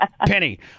Penny